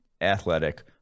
Athletic